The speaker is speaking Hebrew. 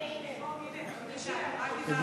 הנה, בבקשה, רק דיברנו.